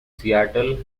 seattle